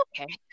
okay